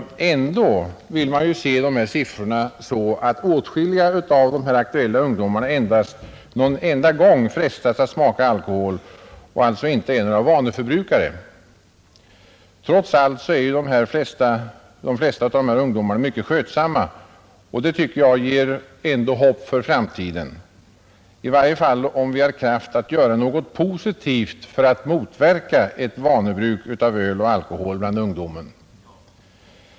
Ändå vill man se dessa siffror så att åtskilliga av de aktuella ungdomarna endast någon gång frestats att smaka alkohol och alltså inte är vaneförbrukare. Trots allt är de flesta ungdomarna mycket skötsamma, och det inger ändå hopp för framtiden — i varje fall om vi har kraft att göra något positivt för att motverka ett vanebruk av öl och alkohol bland ungdomen.